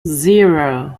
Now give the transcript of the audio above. zero